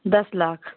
दस लाख